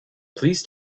please